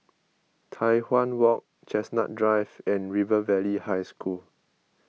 Tai Hwan Walk Chestnut Drive and River Valley High School